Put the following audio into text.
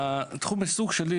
תחום העיסוק שלי,